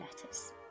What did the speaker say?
Letters